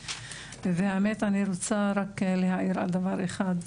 והאמת אני רוצה רק להעיר על דבר אחד.